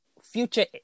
future